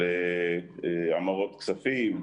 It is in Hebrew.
של המרות כספים,